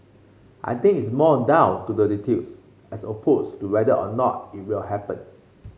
I think it's more down to the details as opposed to whether or not it will happen